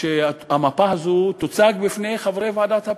שהמפה הזאת תוצג בפני חברי ועדת הפנים.